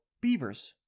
beavers